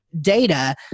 Data